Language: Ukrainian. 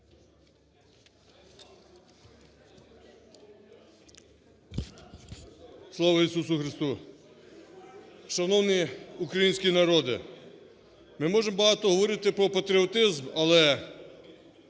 Слава Ісусу Христу! Шановний український народе, ми можемо багато говорити про патріотизм, але